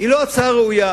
היא לא הצעה ראויה,